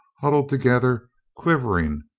huddled together, quivering,